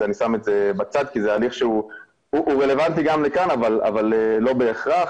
אני שם את זה בצד כי זה הליך שהוא רלוונטי גם לכאן אבל לא בהכרח,